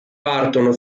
partono